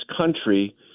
country